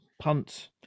punt